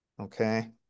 Okay